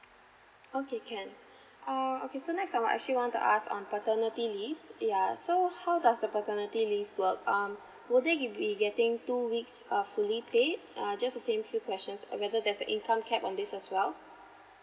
okay can oh okay so next I would actually want to ask on paternity leave yeah so how does the paternity leave work um would they be getting two weeks err fully paid uh just the same few questions on whether there's a income cap on this as well